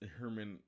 Herman